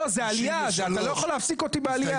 לא, זה עלייה, אתה לא יכול להפסיק אותי בעלייה.